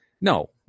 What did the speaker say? No